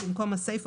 במקום הסיפא,